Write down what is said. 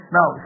Now